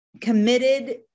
committed